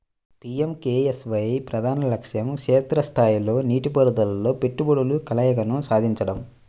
PMKSY ప్రధాన లక్ష్యం క్షేత్ర స్థాయిలో నీటిపారుదలలో పెట్టుబడుల కలయికను సాధించడం